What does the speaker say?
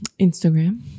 Instagram